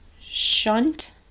shunt